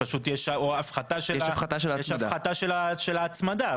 פשוט יש הפחתה של ההצמדה,